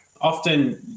often